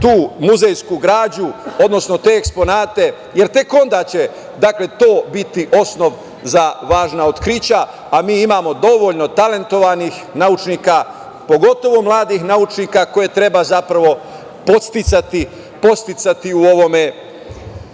tu muzejsku građu, odnosno te eksponate, jer tek onda će to biti osnov za važna otkrića, a mi imamo dovoljno talentovanih naučnika, pogotovo mladih naučnika, koje treba podsticati u ovom